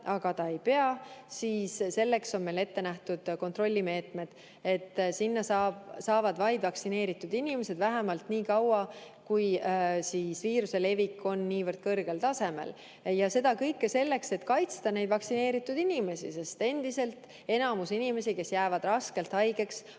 aga ei pea osalema, siis selleks on ette nähtud kontrollimeetmed. Sinna saavad vaid vaktsineeritud inimesed, vähemalt niikaua kui viiruse levik on niivõrd kõrgel tasemel. Ja seda kõike selleks, et kaitsta neid vaktsineerimata inimesi, sest endiselt enamus inimesi, kes jäävad raskelt haigeks,